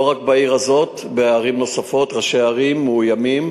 לא רק בעיר הזאת, בערים נוספות ראשי ערים מאוימים.